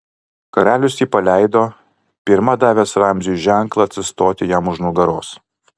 karalius jį paleido pirma davęs ramziui ženklą atsistoti jam už nugaros